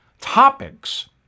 topics